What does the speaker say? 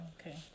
Okay